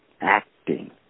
acting